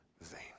vain